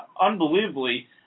unbelievably